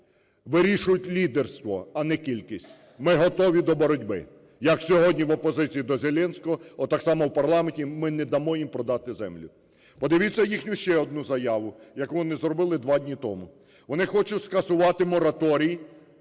вирішує лідерство, а не кількість. Ми готові до боротьби, як сьогодні в опозиції до Зеленського, так само в парламенті ми не дамо їм продати землю. Подивіться їхню ще одну заяву, яку вони зробили два дні тому: вони хочуть скасувати мораторій,